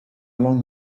along